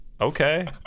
Okay